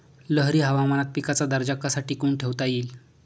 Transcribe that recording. लहरी हवामानात पिकाचा दर्जा कसा टिकवून ठेवता येईल?